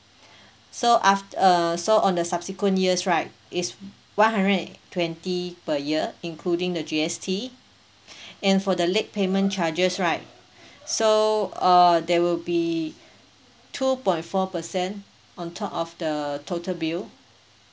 so aft~ err so on the subsequent years right is one hundred and twenty per year including the G_S_T and for the late payment charges right so uh there will be two point four percent on top of the total bill